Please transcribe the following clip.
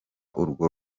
urwo